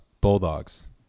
bulldogs